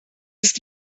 ist